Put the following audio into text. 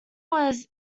was